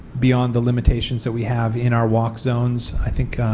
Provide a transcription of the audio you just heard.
beyond the limitations that we have in our walk stems. i think,